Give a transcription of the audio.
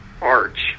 arch